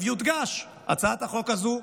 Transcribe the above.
יודגש שהצעת החוק הזאת,